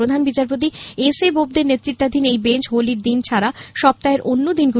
প্রধান বিচারপতি এসএ বোবদের নেতৃত্বাধীন এই বেঞ্চ হোলির দিন ছাড়া সপ্তাহের অন্য দিনগুলিতে বসবে